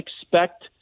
expect